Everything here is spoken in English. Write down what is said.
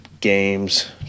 games